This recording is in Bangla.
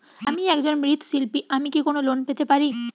আমি একজন মৃৎ শিল্পী আমি কি কোন লোন পেতে পারি?